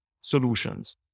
solutions